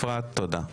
אפרת תודה, בבקשה.